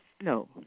No